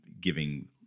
giving